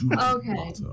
Okay